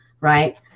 right